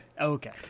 okay